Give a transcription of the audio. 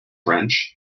french